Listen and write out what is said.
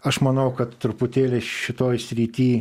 aš manau kad truputėlį šitoj srity